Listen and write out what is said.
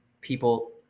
people